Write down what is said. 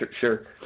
sure